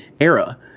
era